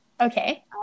Okay